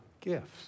gifts